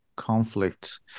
conflict